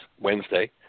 Wednesday